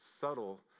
subtle